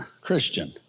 Christian